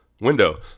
window